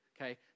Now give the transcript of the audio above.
Okay